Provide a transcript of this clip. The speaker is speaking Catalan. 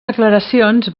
declaracions